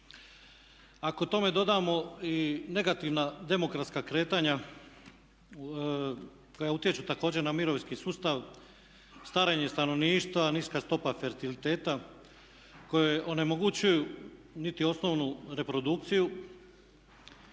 Ako tome dodamo i negativna demokratska kretanja koja utječu također na mirovinski sustav, starenje stanovništva, niska stopa fertiliteta koje onemogućuju niti osnovnu reprodukciju